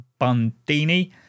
Bundini